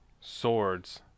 swords